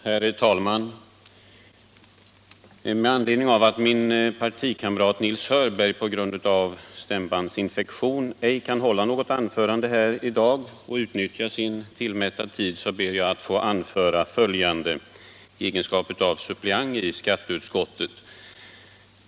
Herr talman! Då min partikamrat Nils Hörberg på grund av stämbandsinfektion ej kan hålla något anförande här i dag och utnyttja sin tillmätta tid, ber jag att få säga följande i egenskap av suppleant i skatteutskottet.